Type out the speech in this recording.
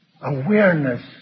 Awareness